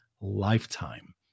lifetime